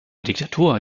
diktatur